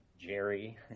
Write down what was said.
Jerry